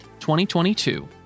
2022